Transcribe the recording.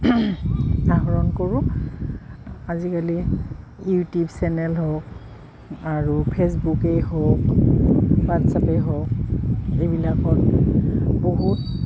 আহৰণ কৰোঁ আজিকালি ইউটিউব চেনেল হওক আৰু ফেচবুকেই হওক হোৱাটছএপেই হওক এইবিলাকত বহুত